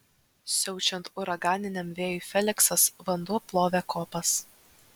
siaučiant uraganiniam vėjui feliksas vanduo plovė kopas